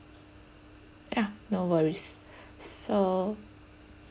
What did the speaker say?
yeah no worries so